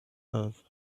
earth